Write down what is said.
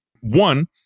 One